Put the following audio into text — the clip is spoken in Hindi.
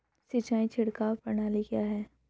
सिंचाई छिड़काव प्रणाली क्या है?